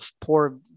poor